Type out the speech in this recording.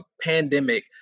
pandemic